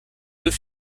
deux